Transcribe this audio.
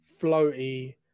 floaty